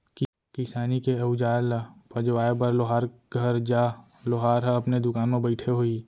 किसानी के अउजार ल पजवाए बर लोहार घर जा, लोहार ह अपने दुकान म बइठे होही